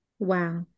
Wow